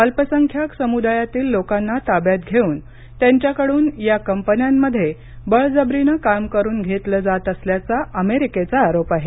अल्पसंख्याक समुदायातील लोकांना ताब्यात घेऊन त्यांच्याकडून या कंपन्यांमध्ये बळजबरीनं काम करून घेतलं जात असल्याचा अमेरिकेचा आरोप आहे